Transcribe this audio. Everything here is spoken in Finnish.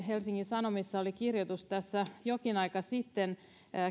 helsingin sanomissa oli kirjoitus tässä jokin aika sitten missä